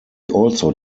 also